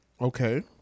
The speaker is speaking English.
Okay